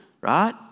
right